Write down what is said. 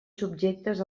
subjectes